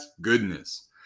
goodness